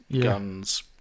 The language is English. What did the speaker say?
guns